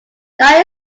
that